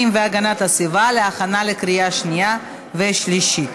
והגנת הסביבה להכנה לקריאה שנייה ושלישית.